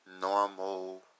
normal